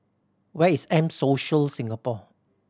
where is M Social Singapore